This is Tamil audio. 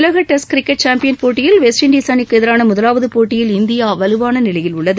உலக டெஸ்ட் கிரிக்கெட் சாம்பியன் போட்டியில் வெஸ்ட் இன்டீஸ் அணிக்கு எதிரான முதலாவது போட்டியில் இந்தியா வலுவான நிலையில் உள்ளது